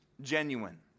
genuine